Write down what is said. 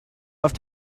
auf